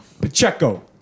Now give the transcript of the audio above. Pacheco